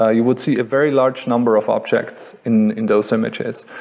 ah you would see a very large number of objects in in those images.